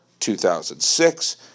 2006